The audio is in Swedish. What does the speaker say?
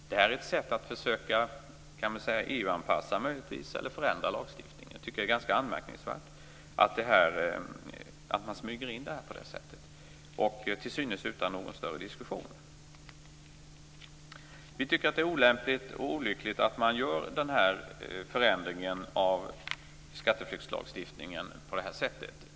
Detta är ett sätt att möjligen försöka EU-anpassa eller förändra lagstiftningen. Jag tycker att det är ganska anmärkningsvärt att man smyger in detta på ett sådant sätt, till synes utan någon större diskussion. Vi tycker att det är olämpligt och olyckligt att man gör denna förändring av skatteflyktslagstiftningen på detta sätt.